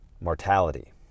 mortality